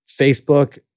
Facebook